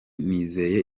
nizeye